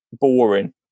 boring